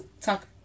talk